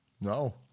No